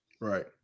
Right